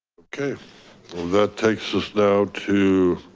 okay, well that takes us now to